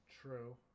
true